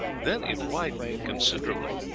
then it widened considerably.